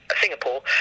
Singapore